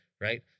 right